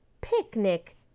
picnic